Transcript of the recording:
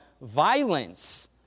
violence